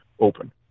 open